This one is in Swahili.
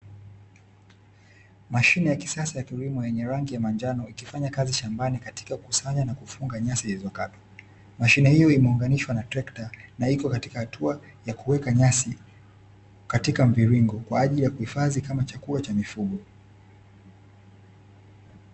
Mashine ya kisasa ya kilimo yenye rangi ya manjano ikifanya kazi shambani katika kukusanya na kufunga nyasi zilizokatwa, mashine hiyo imeunganishwa na trekta na iko katika hatua ya kuweka nyasi katika mviringo kwa ajili ya kuhifadhi kama chakula cha mifugo .